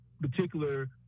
particular